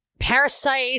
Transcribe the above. parasites